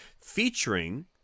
Featuring